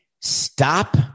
Stop